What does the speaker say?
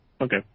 Okay